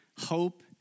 hope